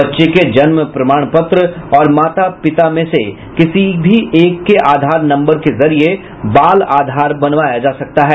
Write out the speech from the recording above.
बच्चे के जन्म प्रमाण पत्र और माता पिता में से किसी भी एक के आधार नम्बर के जरिये बाल आधार बनवाया जा सकता है